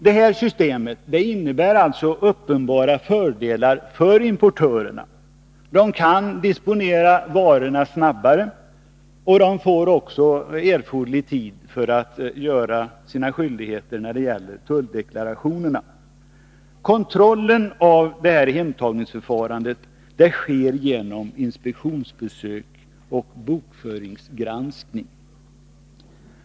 Det här systemet innebär uppenbara fördelar för importörerna: de kan disponera varorna snabbt. De får också erforderlig tid att avlämna tulldeklarationerna. Kontrollen av hemtagningsförfarandet sker genom inspektionsbesök och bokföringsgranskning.